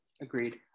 Agreed